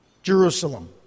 Jerusalem